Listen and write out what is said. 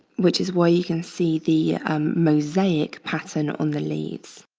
which is why you can see the mosaic pattern on the leaves.